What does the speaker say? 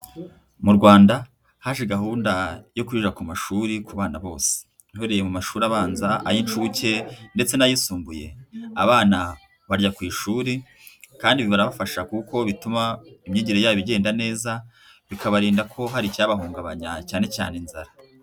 Mu Rwanda haje gahunda yo kurira ku mashuri ku bana bose, uhereye mu mashuri abanza, ay'inshuke ndetse n'ayisumbuye. Abana barya ku ishuri kandi birabafasha kuko bituma imyigire yabo igenda neza bikabarinda ko hari icyabahungabanya cyane cyane inzara.